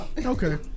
Okay